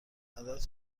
عدد